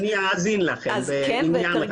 אני אאזין לכם בעניין רב.